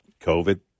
COVID